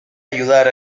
ayudar